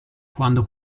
quando